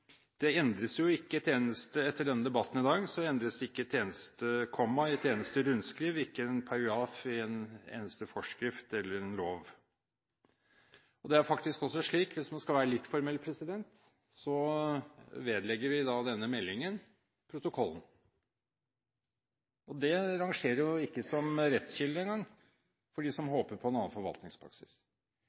etter denne debatten i dag, endres det ikke et eneste komma i et eneste rundskriv, ikke en paragraf i en eneste forskrift eller lov. Det er faktisk også slik, hvis man skal være litt formell, at vi vedlegger denne meldingen protokollen. Det rangerer ikke som rettskilde engang for dem som håper på en annen forvaltningspraksis.